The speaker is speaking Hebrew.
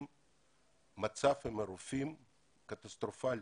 המצב עם הרופאים הוא קטסטרופלי.